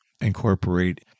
incorporate